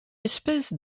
espèce